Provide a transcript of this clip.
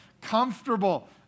comfortable